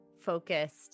focused